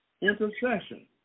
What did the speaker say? intercession